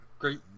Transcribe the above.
Great